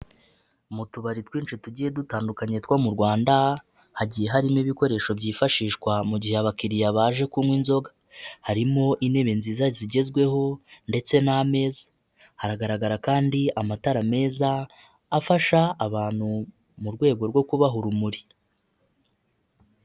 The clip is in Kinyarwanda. Mu tubari twinshi tugiye dutandukanye two mu Rwanda hagiye harimo ibikoresho byifashishwa mu gihe abakiriya baje kunywa inzoga. Harimo intebe nziza zigezweho ndetse n'ameza. Hagaragara kandi amatara meza afasha abantu mu rwego rwo kubaha urumuri.